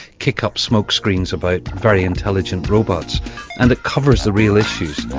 kick up smokescreens about very intelligent robots and it covers the real issues.